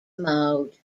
mode